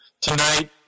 Tonight